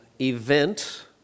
event